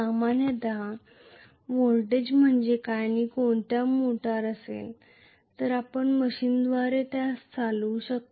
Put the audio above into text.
सामान्यत व्होल्टेज म्हणजे काय आणि कोणत्या मोटार असेल तर आपण मशीनद्वारे त्यास चालवू शकता